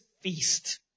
feast